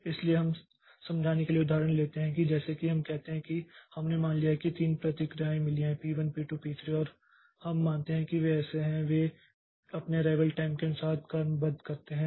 इसलिए हम समझाने के लिए एक उदाहरण लेते हैं जैसे कि हम कहते हैं कि हमने मान लिया है कि हमें तीन प्रक्रियाएं मिली हैं P1 P2 P3 और हम मानते हैं कि वे ऐसा हैं वे अपने अराइवल टाइम के अनुसार क्रमबद्ध करते हैं